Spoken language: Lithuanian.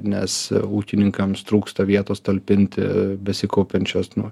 nes ūkininkams trūksta vietos talpinti besikaupiančias nu